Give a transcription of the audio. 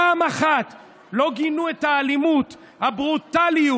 פעם אחת לא גינו את האלימות, הברוטליות,